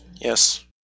Yes